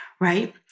right